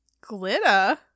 Glitter